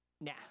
nah